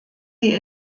sie